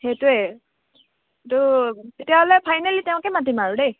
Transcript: সেইটোৱে ত' তেতিয়াহ'লে ফাইনেলি তেওঁকে মাতিম আৰু দেই